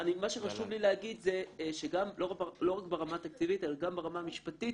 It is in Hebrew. שחשוב לי להגיד זה שגם לא רק ברמה התקציבית אלא גם ברמה המשפטית